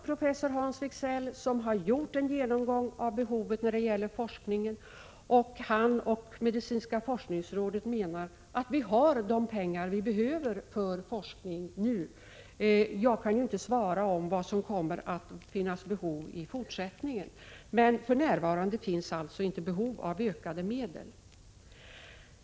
Professor Hans Wigzell har gjort en genomgång av behoven på forskningssidan, och han och medicinska forskningsrådet menar att vi har de pengar vi behöver för forskning nu. Jag kan naturligtvis inte svara på vilka behov som kommer att finnas i fortsättningen, men för närvarande finns alltså inget behov av ökade medel.